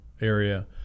area